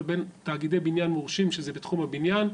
בין תאגידי בניין מורשים שזה בתחום הבניין,